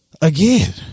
again